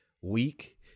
weak